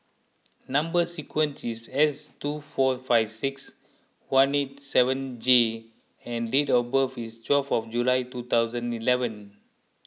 Number Sequence is S two four five six one eight seven J and date of birth is twelve of July two thousand eleven